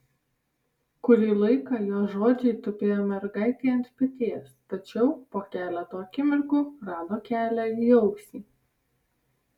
kurį laiką jo žodžiai tupėjo mergaitei ant peties tačiau po keleto akimirkų rado kelią į ausį